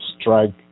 strike